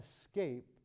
escape